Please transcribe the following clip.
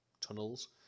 tunnels